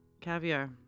caviar